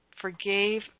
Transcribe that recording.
forgave